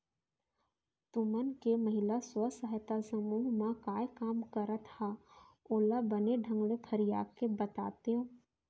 तुमन के महिला स्व सहायता समूह म काय काम करत हा ओला बने ढंग ले फरिया के बतातेव?